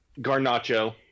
Garnacho